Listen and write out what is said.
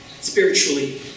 spiritually